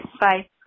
bye